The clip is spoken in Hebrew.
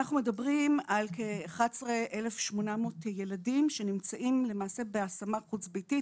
אנחנו מדברים על כ-11,800 ילדים שנמצאים למעשה בהשמה חוץ ביתית,